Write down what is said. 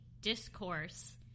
discourse